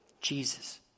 Jesus